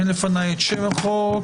אין לפניי את שם החוק.